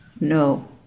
no